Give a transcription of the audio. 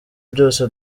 byose